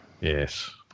Yes